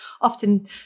often